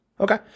Okay